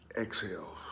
exhale